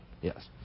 Yes